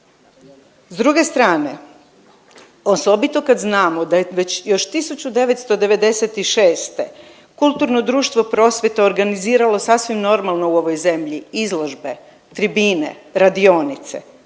S druge strane, osobito kad znamo da je već još 1996. kulturno društvo Prosvjeta organiziralo sasvim normalno u ovoj zemlji izložbe, tribine, radionice,